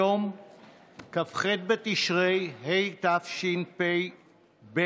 היום כ"ח בתשרי התשפ"ב,